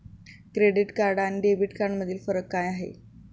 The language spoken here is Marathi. क्रेडिट कार्ड आणि डेबिट कार्डमधील फरक काय आहे?